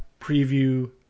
preview